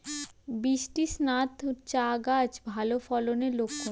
বৃষ্টিস্নাত চা গাছ ভালো ফলনের লক্ষন